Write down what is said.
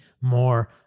more